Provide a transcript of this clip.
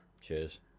Cheers